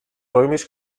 römisch